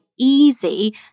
Easy